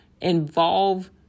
involve